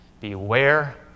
Beware